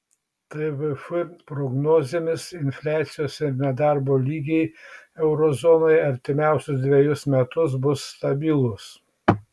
tvf prognozėmis infliacijos ir nedarbo lygiai euro zonoje artimiausius dvejus metus bus stabilūs